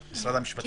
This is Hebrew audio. כן.